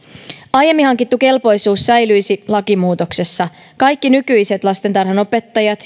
aiemmin hankittu kelpoisuus säilyisi lakimuutoksessa kaikki nykyiset lastentarhanopettajat